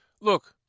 look